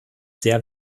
sehr